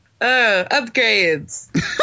upgrades